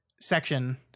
section